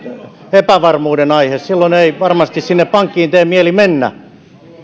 epävarmuuden aihe ja silloin ei varmasti sinne pankkiin tee mieli mennä